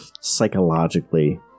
psychologically